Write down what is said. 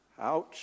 Ouch